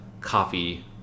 coffee